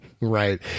Right